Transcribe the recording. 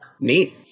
Neat